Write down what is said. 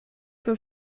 für